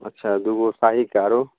अच्छा दुगो शाही कए आरो